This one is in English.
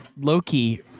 Loki